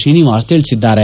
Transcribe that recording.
ಶ್ರೀನಿವಾಸ್ ತಿಳಿಸಿದ್ದಾರೆ